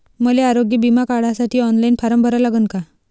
मले आरोग्य बिमा काढासाठी ऑनलाईन फारम भरा लागन का?